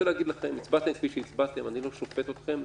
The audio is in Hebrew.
הצבעתם כפי שהצבעתם אני לא שופט אתכם.